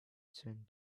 send